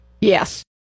Yes